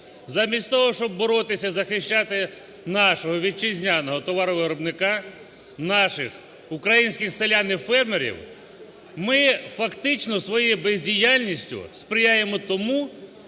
Замість того, щоб боротися, захищати нашого вітчизняного товаровиробника, наших українських селян і фермерів, ми фактично своєю бездіяльністю сприяємо тому,